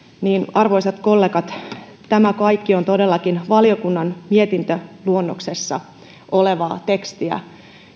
arvoisat kollegat tämä kaikki on todellakin valiokunnan mietintöluonnoksessa olevaa tekstiä